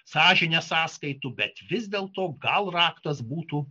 sąžinės sąskaitų bet vis dėlto gal raktas būtų